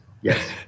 Yes